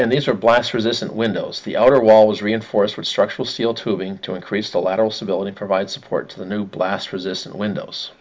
and these are blast resistant windows the outer wall was reinforced with structural steel tubing to increase the lateral stability provide support to the new blast resistant windows